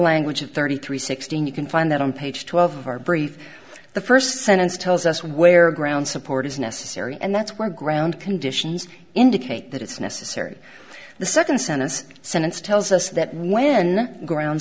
language of thirty three sixteen you can find that on page twelve of our brief the first sentence tells us where ground support is necessary and that's where ground conditions indicate that it's necessary the second sentence since tells us that when ground